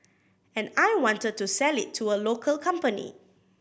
and I wanted to sell it to a local company